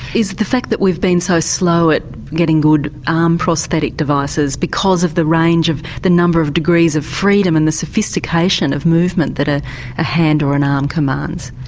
is the fact that we've been so slow at getting good arm um prosthetic devices because of the range of the number of degrees of freedom and the sophistication of movement that a ah hand or an arm commands?